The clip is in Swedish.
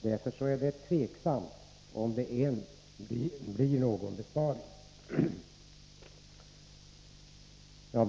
Därför är det tveksamt om det blir någon besparing alls.